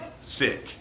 sick